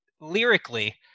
lyrically